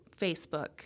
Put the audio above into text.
Facebook